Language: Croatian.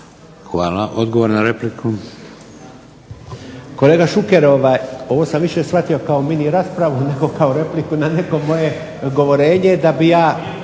Hvala. Odgovor na repliku. **Rošin, Jerko (HDZ)** Kolega Šuker, ovo sam više shvatio kao mini raspravu nego kao repliku na neko moje govorenje da bi ja